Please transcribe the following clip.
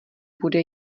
bude